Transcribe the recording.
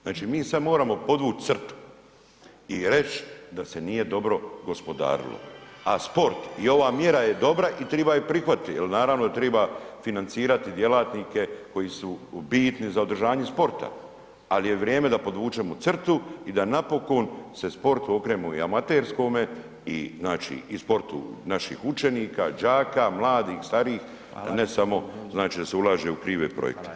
Znači mi sad moramo podvući crtu i reći da se nije dobro gospodarilo, a sport i ova mjera je dobra i triba je prihvatiti jer naravno da triba financirati djelatnike koji su bitni za održanje sporta, ali je vrijeme da podvučemo crtu i da napokon se sportu okrenemo i amaterskome i znači i sportu naših učenika, đaka, mladih, starijih [[Upadica: Hvala.]] i ne samo da se ulaže u krive projekte.